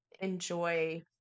enjoy